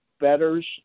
betters